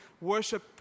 worship